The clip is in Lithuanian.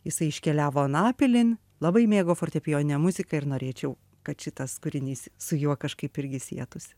jisai iškeliavo anapilin labai mėgo fortepijoninę muziką ir norėčiau kad šitas kūrinys su juo kažkaip irgi sietųsi